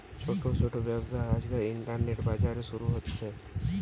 ছোট ছোট ব্যবসা আজকাল ইন্টারনেটে, বাজারে শুরু হতিছে